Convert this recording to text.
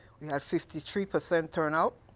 we had fifty three percent turnout.